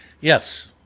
yes